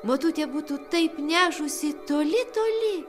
motutė būtų taip nešusi toli toli